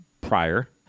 prior